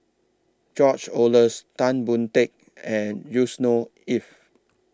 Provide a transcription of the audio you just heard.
George Oehlers Tan Boon Teik and Yusnor Ef